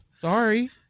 sorry